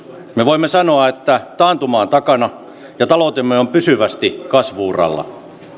me voimme sanoa että taantuma on takana ja taloutemme on pysyvästi kasvu uralla